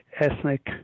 ethnic